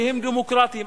שהם דמוקרטיים,